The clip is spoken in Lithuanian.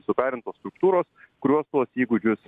sukarintos struktūros kurios tuos įgūdžius